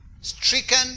stricken